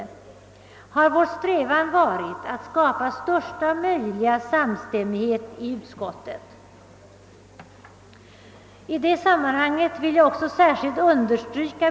Härvidlag har som bekant utredningen och konstitutionsutskottet gått på olika linjer.